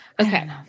Okay